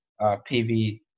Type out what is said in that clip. PV